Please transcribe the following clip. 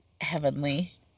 heavenly